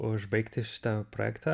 užbaigti šitą projektą